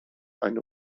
eine